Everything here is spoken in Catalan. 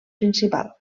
principal